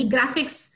Graphics